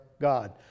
God